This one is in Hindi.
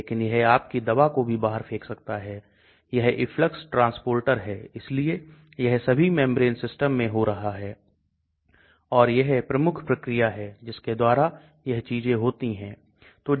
तो LogP octanol मैं दवा का लॉग्र्रिदम पानी में दवा का लॉग्र्रिदम है जबकि LogD दवा को ऑक्टेनॉल में आयनिक दवा को ऑक्टेनॉल में गैर आयनिक दवा का आयनीकरण पानी में दवा का गैर आयनीकरण पानी में लेंगे